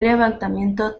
levantamiento